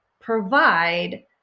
provide